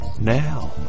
now